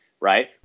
Right